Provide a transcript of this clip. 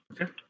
Okay